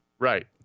Right